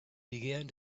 began